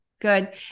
Good